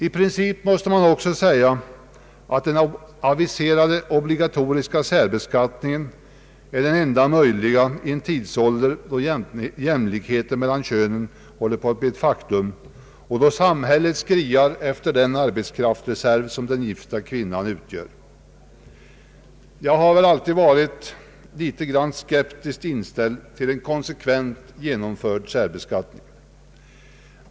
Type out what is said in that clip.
I princip måste man också säga att den aviserade obligatoriska särbeskattningen är den enda möjliga i en tidsålder, då jämlikheten mellan könen håller på att bli ett faktum och då samhället skriar efter den arbetskraftsreserv som den gifta kvinnan utgör. Jag har alltid varit litet skeptiskt inställd till en konsekvent genomförd särbeskattning.